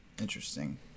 Interesting